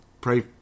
Pray